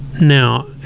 Now